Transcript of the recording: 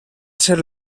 ser